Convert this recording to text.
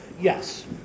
yes